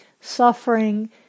Suffering